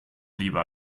lieber